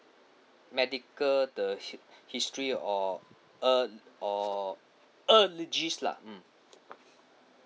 medical the hi~ history or uh or allergies lah mm